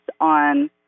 on